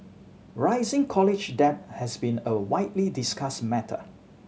rising college debt has been a widely discussed matter